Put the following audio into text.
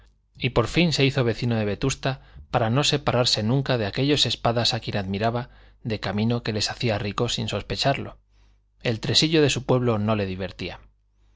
y por fin se hizo vecino de vetusta para no separarse nunca de aquellos espadas a quien admiraba de camino que les hacía ricos sin sospecharlo el tresillo de su pueblo no le divertía